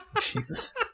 Jesus